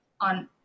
on